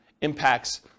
impacts